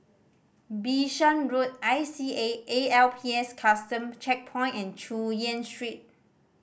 Bishan Road I C A A L P S Custom Checkpoint and Chu Yen Street